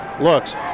Looks